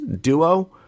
duo